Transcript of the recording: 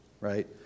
right